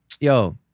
Yo